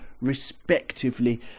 respectively